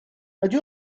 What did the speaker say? ydy